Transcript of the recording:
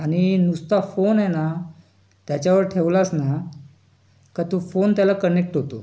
आणि नुसता फोन आहे ना त्याच्यावर ठेवलास ना का तो फोन त्याला कनेक्ट होतो